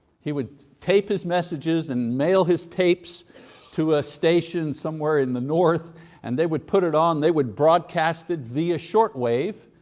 he would tape his messages and mail his tapes to a station somewhere in the north and they would put it on, they would broadcast it via shortwave.